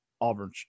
Auburn